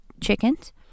chickens